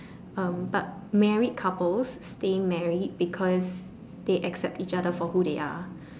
um but married couples stay married because they accept each other for who they are